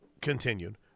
continued